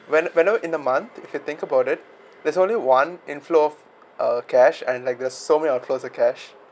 when whenever in the month if you can think about it there's only one inflow uh cash and like there's so many of outflow the cash